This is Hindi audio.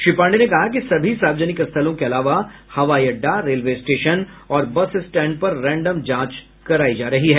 श्री पांडेय ने कहा कि सभी सार्वजनिक स्थलों के अलावा हवाई अड्डा रेलवे स्टेशन और बस स्टैंड पर रैंडम जांच करायी जा रही है